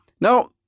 Now